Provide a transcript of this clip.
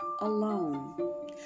alone